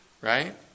right